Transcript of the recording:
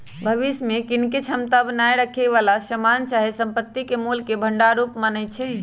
भविष्य में कीनेके क्षमता बना क रखेए बला समान चाहे संपत्ति के मोल के भंडार रूप मानइ छै